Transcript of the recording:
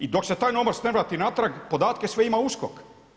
I dok se taj novac ne vrati natrag, podatke sve ima USKOK.